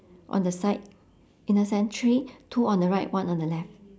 on the side inner stand three two on the right one on the left